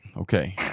okay